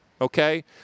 Okay